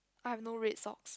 I have no red socks